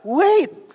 wait